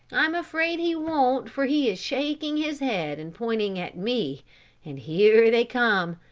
i am afraid he won't for he is shaking his head and pointing at me and here they come.